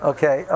Okay